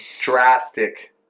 drastic